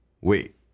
wait